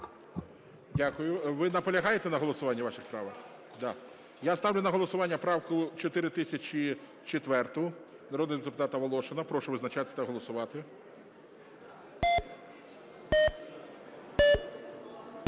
Дякую. Ви наполягаєте на голосуванні ваших правок? Да. Я ставлю на голосування правку 4004 народного депутата Волошина. Прошу визначатися та голосувати.